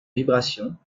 vibrations